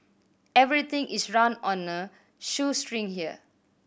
everything is run on a shoestring here